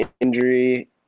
injury